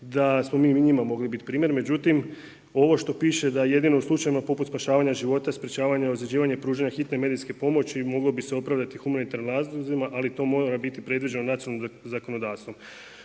da smo mi njima mogli biti primjer. Međutim, ovo što piše da jedino u slučajevima poput spašavanja života, sprječavanja i ozljeđivanja i pružanja hitne medicinske pomoći moglo bi se opravdati humanitarnim razlozima ali to mora biti predviđeno nacionalnim zakonodavstvom.